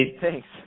thanks